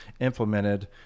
implemented